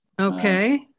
Okay